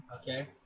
Okay